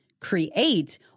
create